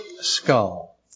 skull